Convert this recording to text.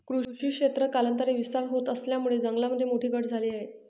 कृषी क्षेत्रात कालांतराने विस्तार होत असल्यामुळे जंगलामध्ये मोठी घट झाली आहे